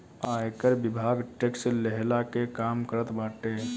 आयकर विभाग टेक्स लेहला के काम करत बाटे